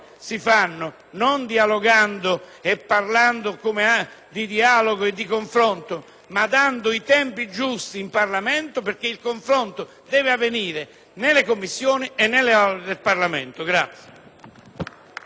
non dialogando e parlando di confronto, ma dando tempi giusti in Parlamento, perché il confronto deve avvenire nelle Commissioni e nelle Aule parlamentari.